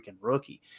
rookie